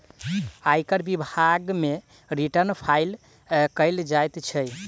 आयकर विभाग मे रिटर्न फाइल कयल जाइत छै